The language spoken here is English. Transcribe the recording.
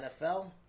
NFL